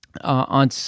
On